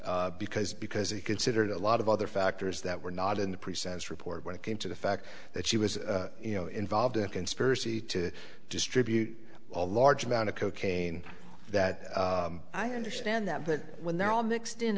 with because because he considered a lot of other factors that were not in the pre sentence report when it came to the fact that she was you know involved in a conspiracy to distribute a large amount of cocaine that i understand that but when they're all mixed in